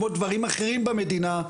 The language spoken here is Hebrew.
כמו דברים אחרים במדינה,